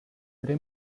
tre